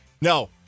No